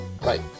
right